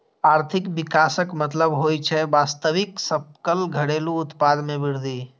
आर्थिक विकासक मतलब होइ छै वास्तविक सकल घरेलू उत्पाद मे वृद्धि